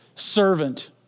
servant